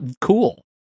cool